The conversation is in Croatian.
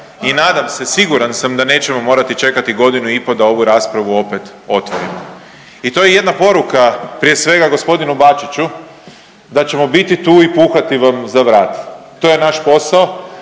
i nadam se, siguran sam da nećemo morati čekati godinu i pol da ovu raspravu opet otvorimo. I to je jedna poruka prije svega gospodinu Bačiću da ćemo biti tu i puhati vam za vrat. To je naš posao,